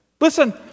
Listen